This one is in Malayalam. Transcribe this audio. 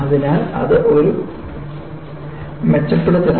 അതിനാൽ അത് ഒരു മെച്ചപ്പെടുത്തലാണ്